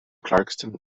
clarkston